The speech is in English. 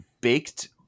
baked